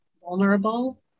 vulnerable